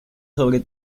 sobre